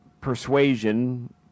persuasion